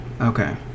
okay